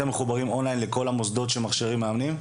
אתם מחוברים אונליין לכל המוסדות שמכשירים מאמנים?